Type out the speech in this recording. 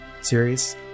series